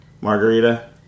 margarita